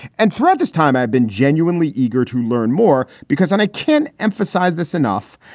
and throughout this time, i've been genuinely eager to learn more because i can't emphasize this enough.